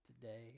today